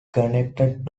connected